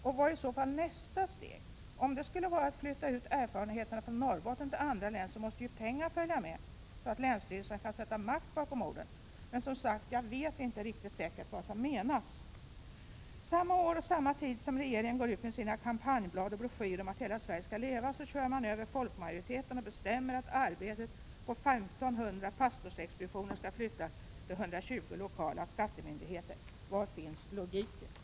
Vad är i så fall nästa steg? Om det skulle vara att flytta ut erfarenheterna från Norrbotten till andra län, måste ju pengar följa med, så att länsstyrelserna kan sätta makt bakom orden. Men jag vet som sagt inte säkert vad som menas. Samma år och samma tid som regeringen går ut med sina kampanjblad och broschyrer om att hela Sverige skall leva kör man över folkmajoriteten och bestämmer att arbetet på 1 500 pastorsexpeditioner skall flyttas till 120 lokala skattemyndigheter. Var finns logiken?